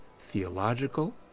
theological